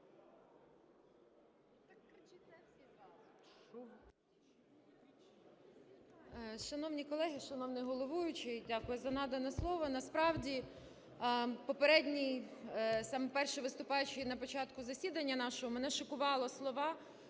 Шановні колеги, шановний головуючий, дякую за надане слово. Насправді попередній, самий перший виступаючий, на початку засідання нашого, мене шокували слова,